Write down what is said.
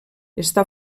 està